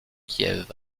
kiev